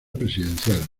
presidencial